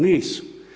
Nisu.